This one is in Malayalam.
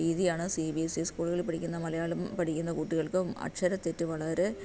രീതിയാണ് സി ബി എസ് ഇ സ്കൂളുകളിൽ പഠിക്കുന്ന മലയാളം പഠിക്കുന്ന കുട്ടികൾക്കും അക്ഷര തെറ്റ് വളരെ